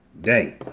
day